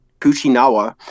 Kuchinawa